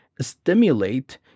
stimulate